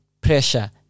Pressure